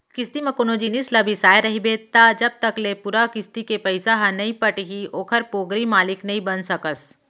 किस्ती म कोनो जिनिस ल बिसाय रहिबे त जब तक ले पूरा किस्ती के पइसा ह नइ पटही ओखर पोगरी मालिक नइ बन सकस